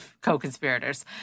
co-conspirators